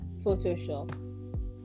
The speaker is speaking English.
photoshop